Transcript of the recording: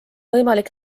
võimalik